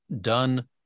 done